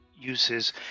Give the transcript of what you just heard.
uses